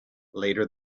later